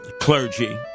clergy